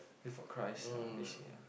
wait for Christ ya basic~ ya